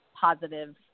positive